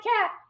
cat